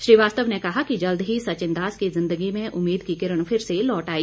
श्रीवास्तव ने कहा कि जल्द ही सचिनदास की जिंदगी में उम्मीद की किरण फिर से लौट आई